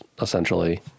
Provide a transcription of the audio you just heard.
essentially